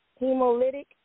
hemolytic